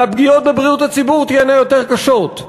והפגיעות בבריאות הציבור תהיינה יותר קשות.